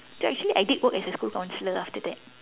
actually I did work under a school counsellor after that